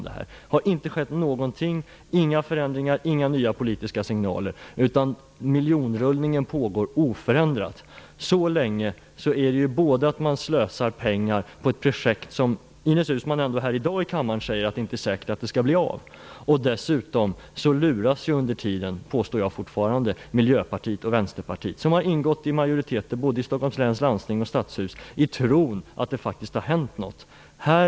Det har inte blivit några förändringar eller nya politiska signaler. Så länge miljonrullningen pågår oförändrat slösar man pengar på ett projekt som Ines Uusmann i dag säger inte är säkert skall bli av. Dessutom lurar man under tiden Miljöpartiet och Vänsterpartiet som har ingått i majoriteter i både Stockholms läns landsting och stadshus i tron att det faktiskt har hänt någonting. Detta påstår jag fortfarande.